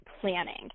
planning